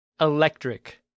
electric